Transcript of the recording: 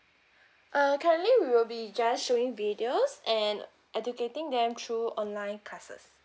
err currently we will be just showing videos and educating them through online classes